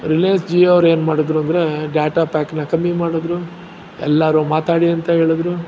ರಿಲಯನ್ಸ್ ಜಿಯೋ ಅವ್ರೇನು ಮಾಡಿದ್ರು ಅಂದರೆ ಡಾಟಾ ಪ್ಯಾಕನ್ನು ಕಮ್ಮಿ ಮಾಡಿದ್ರು ಎಲ್ಲರೂ ಮಾತಾಡಿ ಅಂತ ಹೇಳಿದ್ರು